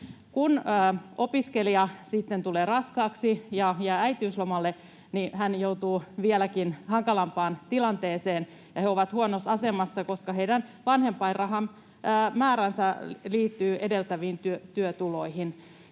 Kun opiskelija sitten tulee raskaaksi ja jää äitiyslomalle, niin hän joutuu vieläkin hankalampaan tilanteeseen. He ovat huonossa asemassa, koska heidän vanhempainrahamääränsä liittyy edeltäviin työtuloihin.